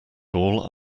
all